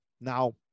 Now